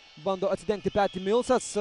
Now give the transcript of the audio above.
bando atsidengti peti milsas